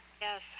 yes